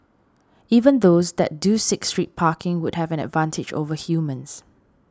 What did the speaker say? even those that do seek street parking would have an advantage over humans